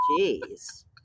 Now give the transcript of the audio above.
Jeez